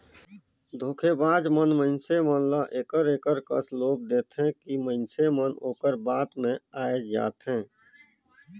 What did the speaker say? धोखेबाज मन मइनसे मन ल एकर एकर कस लोभ देथे कि मइनसे मन ओकर बात में आए जाथें